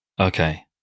Okay